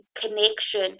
connection